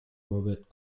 robert